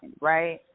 right